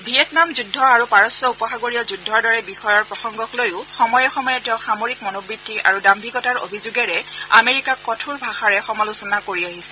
Vietnam যুদ্ধ আৰু পাৰস্য উপসাগৰীয় যুদ্ধৰ দৰে বিষয়ৰ প্ৰসংগক লৈও সময়ে সময়ে তেওঁ সামৰিক মনোবৃত্তি আৰু দাম্ভিকতাৰ অভিযোগেৰে আমেৰিকাক কঠোৰ ভাষাৰে সমালোচনা কৰি আহিছিল